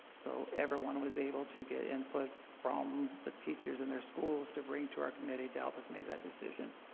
so everyone was able to get input from the teachers and their schools to bring to our committee to help us make that decision.